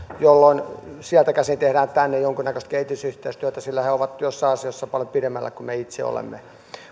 jolloin sieltä käsin tehdään tänne jonkunnäköistä kehitysyhteistyötä sillä he ovat joissain asioissa paljon pidemmällä kuin me itse olemme